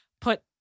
put